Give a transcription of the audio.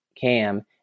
Cam